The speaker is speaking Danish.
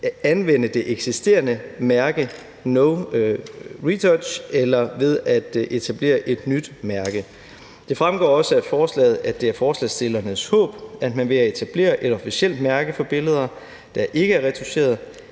at anvende det eksisterende mærke No retouch eller ved at etablere et nyt mærke. Det fremgår også af forslaget, at det er forslagsstillernes håb, at man ved at etablere et officielt mærke for billeder, der ikke er retoucherede,